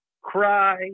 cry